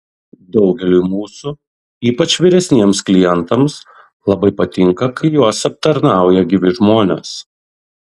daugeliui mūsų ypač vyresniems klientams labai patinka kai juos aptarnauja gyvi žmonės